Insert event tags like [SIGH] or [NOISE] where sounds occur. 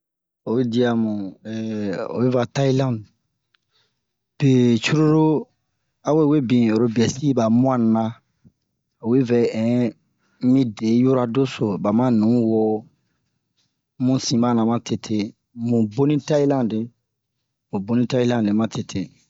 Oyi dia mu [HESITATION] oyi va Tayiland be curulu awe webin oro bu'ɛ si a ba mu'ani na awe vɛ in mide yoro doso ba ma nuwo mu sin ba na ma tete mu boni tayilande mu boni tayiland ma tete